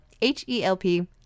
H-E-L-P